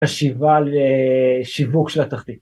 ‫השיבה לשיווק של התחתית.